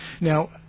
Now